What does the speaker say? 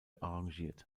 arrangiert